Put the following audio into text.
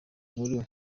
nkuru